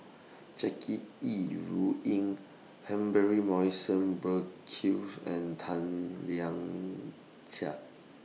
Jackie Yi Ru Ying Humphrey Morrison Burkill's and Tan Lian Chye